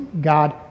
God